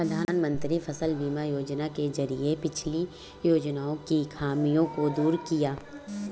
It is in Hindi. प्रधानमंत्री फसल बीमा योजना के जरिये पिछली योजनाओं की खामियों को दूर किया